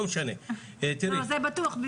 זה בטוח,